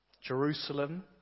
Jerusalem